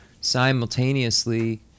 simultaneously